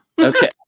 okay